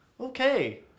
Okay